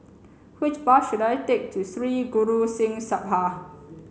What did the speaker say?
which bus should I take to Sri Guru Singh Sabha